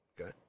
Okay